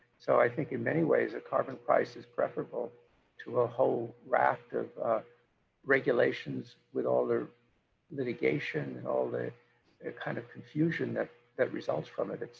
so i think, in many ways, a carbon price is preferable to a whole raft of regulations with all the litigation and all the ah kind of confusion that that results from it.